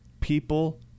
people